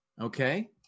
Okay